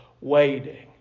waiting